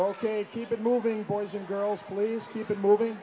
ok keep it moving boys and girls please keep it moving